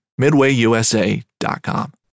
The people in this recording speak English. MidwayUSA.com